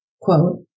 quote